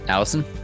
Allison